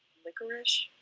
licorice.